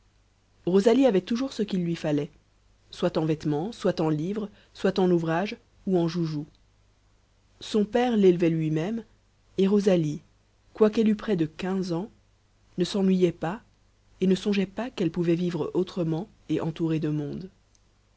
rosalie avait toujours ce qu'il lui fallait soit en vêtements soit en livres soit en ouvrages ou en joujoux son père l'élevait lui-même et rosalie quoiqu'elle eût près de quinze ans ne s'ennuyait pas et ne songeait pas qu'elle pouvait vivre autrement et entourée de monde